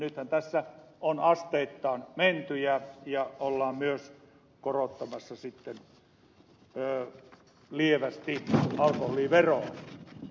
nythän tässä on asteittain menty ja ollaan myös korottamassa lievästi alkoholiveroa